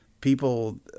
people